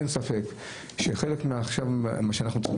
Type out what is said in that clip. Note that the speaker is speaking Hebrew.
אין ספק שחלק ממה שעכשיו אנחנו צריכים